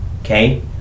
Okay